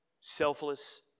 selfless